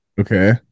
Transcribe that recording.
okay